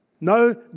No